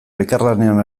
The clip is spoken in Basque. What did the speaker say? elkarlanean